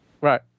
Right